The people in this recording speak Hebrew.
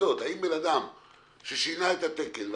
האם אדם ששינה את התקן,